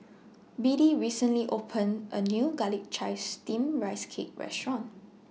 Biddie recently opened A New Garlic Chives Steamed Rice Cake Restaurant